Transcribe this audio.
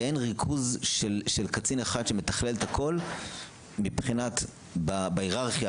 ואין ריכוז של קצין אחד שמתכלל הכל מבחינת בהיררכיה,